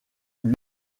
lui